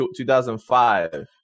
2005